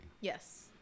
yes